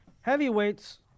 heavyweight's